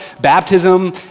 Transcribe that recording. baptism